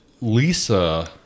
Lisa